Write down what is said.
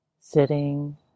sitting